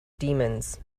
demons